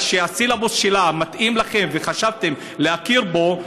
שהסילבוס שלה מתאים לכם וחשבתם להכיר בו,